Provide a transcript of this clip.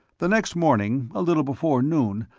the next morning, a little before noon,